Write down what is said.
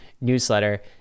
newsletter